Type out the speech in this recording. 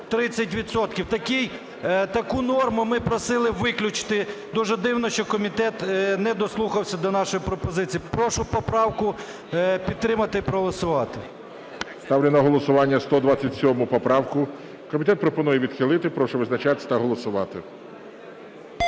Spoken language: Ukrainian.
Таку норму ми просили виключити. Дуже дивно, що комітет не дослухався до нашої пропозиції. Прошу поправку підтримати і проголосувати. ГОЛОВУЮЧИЙ. Ставлю на голосування 127 поправку. Комітет пропонує відхилити. Прошу визначатись та голосувати.